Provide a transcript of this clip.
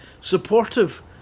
supportive